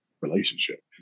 relationship